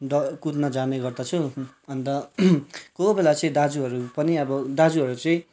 the कुद्न जाने गर्दछु अन्त कोही बेला चाहिँ दाजुहरू पनि अब दाजुहरू चाहिँ